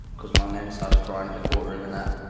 because my nan started crying in the courtroom and that.